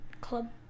club